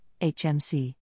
HMC